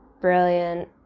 brilliant